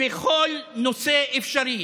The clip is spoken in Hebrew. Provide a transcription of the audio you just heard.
בכל נושא אפשרי.